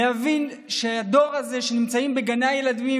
להבין שהדור הזה שנמצא בגני ילדים,